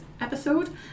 episode